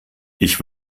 ich